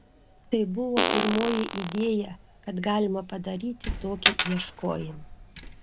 tai buvo pirmoji idėja kad galima padaryti tokį ieškojimą